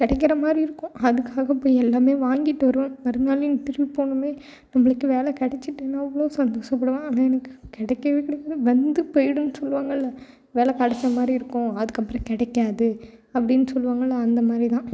கிடைக்கிற மாதிரி இருக்கும் அதுக்காக போய் எல்லாம் வாங்கிட்டு வருவேன் மறுநாள் இண்டெர்வியூ போகணுமே நம்மளுக்கு வேலை கெடைச்சிட்டுனு அவ்வளோவு சந்தோஷப்படுவேன் ஆனால் எனக்கு கிடைக்கவே கிடைக்கல வந்து போய்டும்னு சொல்வாங்கள்ல வேலை கெடைச்ச மாதிரி இருக்கும் அதுக்கப்புறம் கிடைக்காது அப்படின்னு சொல்வாங்கள்ல அந்தமாதிரி தான்